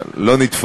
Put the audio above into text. מה אני אמרתי?